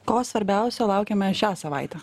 ko svarbiausio laukiame šią savaitę